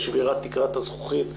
לשבירת תקרת הזכוכית,